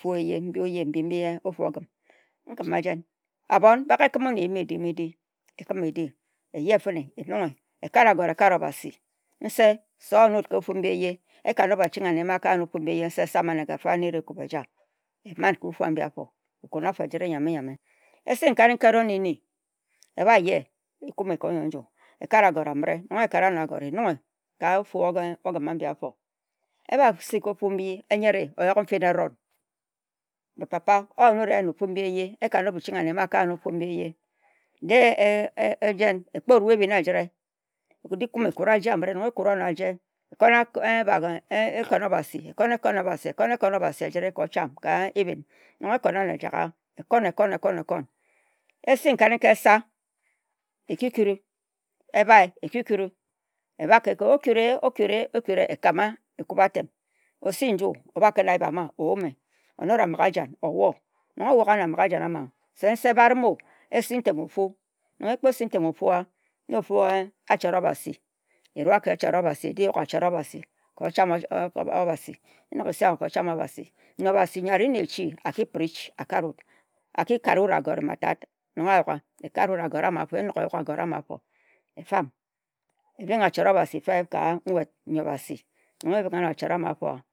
Ofu m-bi e-yee ofu ogim nkim-ma-jen? Abon, bak ekim-own e-yim-e-dim, e-ki kim e-di, e-yeh e-nunghe ekat agorie ekare Obasi nse obat-wut ka-ofu-m-bi e-yehe. Eka-nob-eching anne ma a-ka yen eyee nse sama-na ega-fara na-eri ekub eja nse sama. Eman ka ofu abi. E-yeh nju, e-ba si nkanika ehron-ehni ka ofu ogim a-mbi eba-si ka ofu oyork ghe n-fin-ehron, wut sa papa wut eka nob eching anne ma aka yen ofu m-bi eyeee. De-e wut ejen, ekpor ruwe ehbin eji-rie, eji kume ekura ajie ekuna-n-kun erie yee Obasi. Ebasi nkanika ebie-esa eki-kuri-ebak, ekub-a-tem okui-rie-e okui-rie-e ekama atem esi nju, ekep ayip eyu me, o-kep a-mighajan owo ekak agorie se, nse baram-o, Ekposi ntem ofu-ah, na ofu achot Obasi ejak ka-ocham ekposi a-go-a n-ne Obasi yoi arie ne echi aki preach akare-wut agore a-ma feb, e-fam, ebhing a chot Obasi.